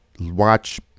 watch